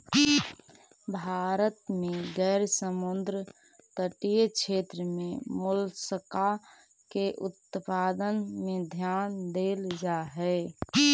भारत में गैर समुद्र तटीय क्षेत्र में मोलस्का के उत्पादन में ध्यान देल जा हई